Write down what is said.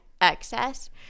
excess